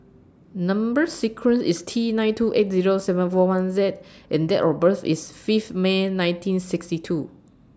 Number sequence IS T nine two eight Zero seven four one Z and Date of birth IS Fifth May nineteen sixty two